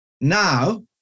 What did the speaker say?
Now